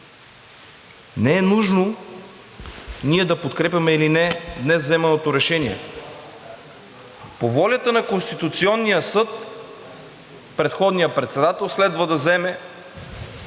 не е нужно ние да подкрепяме или не днес вземаното решение. По волята на Конституционния съд предходният председател следва да заеме